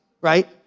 right